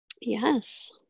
Yes